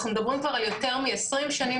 אנחנו מדברים כבר על יותר מ-20 שנים